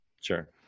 Sure